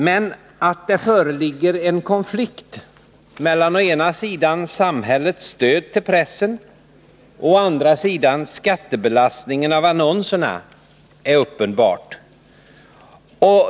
Men att det föreligger en konflikt mellan å ena sidan samhällets stöd till pressen och å andra sidan skattebelastningen av annonserna är uppenbart.